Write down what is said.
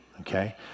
Okay